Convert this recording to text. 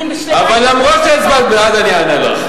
אני שלמה, אבל אף-על-פי שהצבעת בעד, אני אענה לך.